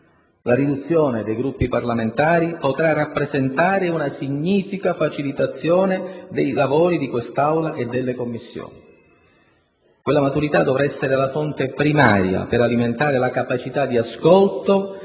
La riduzione dei Gruppi parlamentari potrà rappresentare una significativa facilitazione dei lavori di quest'Aula e delle Commissioni. Quella maturità dovrà essere la fonte primaria per alimentare la capacità di ascolto